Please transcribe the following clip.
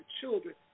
children